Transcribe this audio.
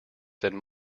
than